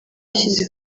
yashyize